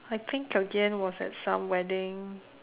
I think again was at some wedding